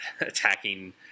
attacking